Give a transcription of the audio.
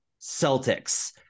Celtics